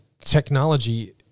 technology